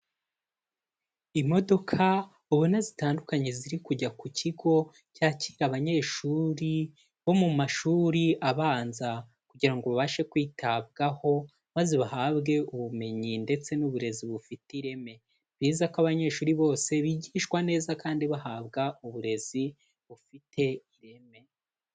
Imodoka ubona zitandukanye ziri kujya ku kigo cyakira abanyeshuri, bo mu mashuri abanza, kugira ngo babashe kwitabwaho, maze bahabwe ubumenyi ndetse n'uburezi bufite ireme, ni byiza ko abanyeshuri bose bigishwa neza kandi bahabwa uburezi bufite ireme.